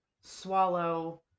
Swallow